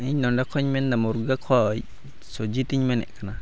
ᱤᱧ ᱱᱚᱰᱮ ᱠᱷᱚᱱᱤᱧ ᱢᱮᱱᱫᱟ ᱢᱩᱨᱜᱟᱹ ᱠᱷᱚᱱ ᱥᱩᱡᱤᱛᱤᱧ ᱢᱮᱱᱮᱫ ᱠᱟᱱᱟ